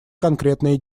конкретные